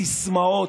לסיסמאות,